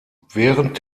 während